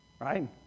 right